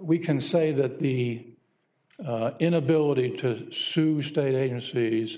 we can say that the inability to sue state agencies